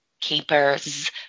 keepers